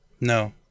no